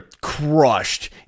Crushed